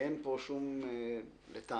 אין פה שום דבר.